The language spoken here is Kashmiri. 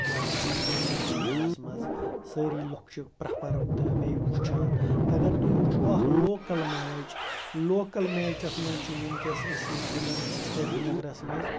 اِںٛڈیاہَس منٛز سٲری لُکھ چھِ پرٛٮ۪فَر تہٕ بیٚیہِ وٕچھان اگر تُہۍ وٕچھو اَکھ لوکَل میچ لوکَل میچَس منٛز چھِ وٕںۍکٮ۪س أسۍ ییٚتہِ گِںٛدان چھِ سرینگرَس منٛز